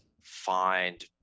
find